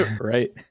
Right